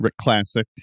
classic